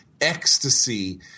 ecstasy